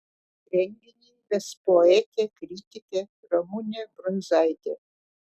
renginį ves poetė kritikė ramunė brundzaitė